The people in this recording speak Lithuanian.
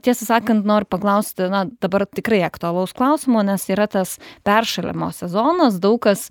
tiesą sakant noriu paklausti na dabar tikrai aktualaus klausimo nes yra tas peršalimo sezonas daug kas